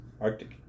Arctic